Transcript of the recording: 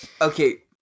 Okay